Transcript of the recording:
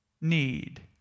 need